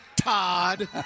Todd